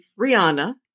Rihanna